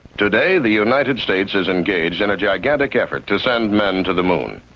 today the united states is engaged in a gigantic effort to send men to the moon.